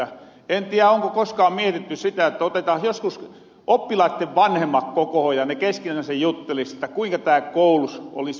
en tiä onko koskaan mietitty sitä että otetaan joskus oppilaitten vanhemmat kokohon ja ne keskenänsä juttelis kuinka tääl koulus olis pelisäännöiltään paras olla